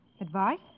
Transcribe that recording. Advice